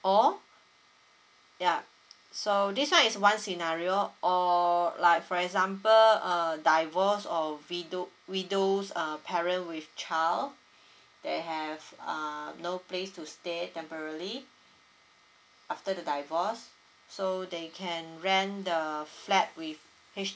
ya so this one is one scenario or like for example uh divorce or widow widow err parent with child they have uh no place to stay temporary after the divorce so they can rent the flat with H_O